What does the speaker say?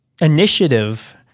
initiative